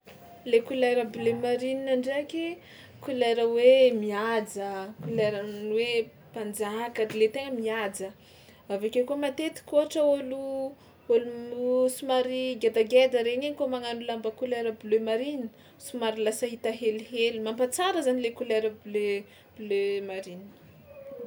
Le kolera bleu marine ndraiky kolera hoe mihaja, koleran'ny hoe mpanjaka le tegna mihaja, avy akeo koa matetika ôhatra ôlo ôlo somary gedageda regny igny kôa magnano lamba kolera bleu marine somary lasa hita helihely, mampahatsara zany le kolera bleu bleu marine.